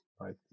right